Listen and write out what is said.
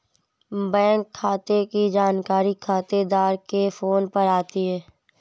bank खाते की जानकारी खातेदार के फोन पर आती है